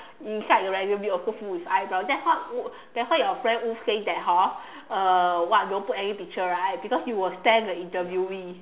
inside your resume also put with eyebrow that's what that's why your friend who say that hor uh what don't put any picture right because you will scare the interviewee